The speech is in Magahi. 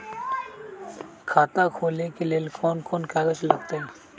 खाता खोले ले कौन कौन कागज लगतै?